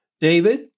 David